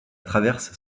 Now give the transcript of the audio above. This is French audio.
traverse